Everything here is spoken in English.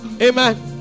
Amen